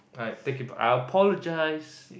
I'll take it I apologise